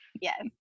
Yes